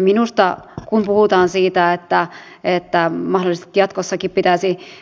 minusta kun puhutaan siitä että mahdollisesti jatkossakin